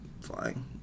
flying